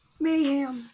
Mayhem